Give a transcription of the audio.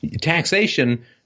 taxation